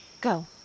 Go